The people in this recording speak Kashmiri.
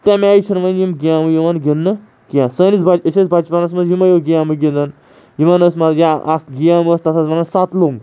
تَمہِ آے چھِنہٕ وۄنۍ یِم گیمہٕ یِوان گِنٛدنہٕ کینٛہہ سٲنِس بَچ أسۍ ٲسۍ بَچپَنَس منٛز یِمٕے ہیوٗ گیمہٕ گِنٛدان یِمَن ٲسۍ مَزٕ یا اَکھ گیم أس تَتھ ٲس وَنان سَتہٕ لوٚنٛگ